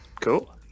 cool